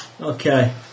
okay